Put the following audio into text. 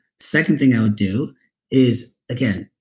second thing i would do is again,